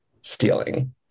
stealing